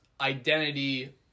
identity